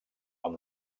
amb